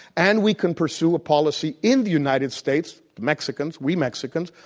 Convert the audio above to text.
and we can pursue a policy in the united states, mexicans, we mexicans,